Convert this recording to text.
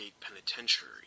Penitentiary